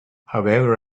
however